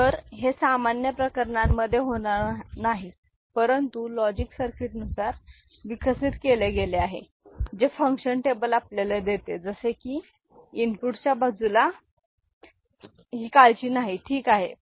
तर हे सामान्य प्रकरणांमध्ये होणार नाही परंतु लॉजिक सर्किटनुसार विकसित केले गेले आहे जे फंक्शन टेबल आपल्याला देते जसे की इनपुटच्या बाजूला ही काळजी नाही ठीक आहे